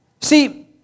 see